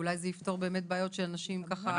אולי זה יפתור בעיות של אנשים --- בדיוק.